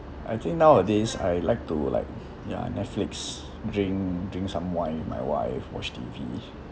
I think nowadays I like to like ya netflix drink drink some wine with my wife watch T_V